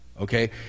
Okay